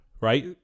right